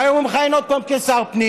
והיום הוא מכהן עוד פעם כשר פנים,